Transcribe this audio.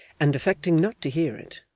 and affecting not to hear it,